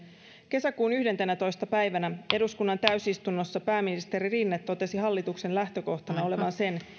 kesäkuun yhdentenätoista päivänä eduskunnan täysistunnossa pääministeri rinne totesi hallituksen lähtökohtana olevan